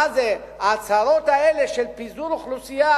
מה זה ההצהרות האלה של פיזור אוכלוסייה,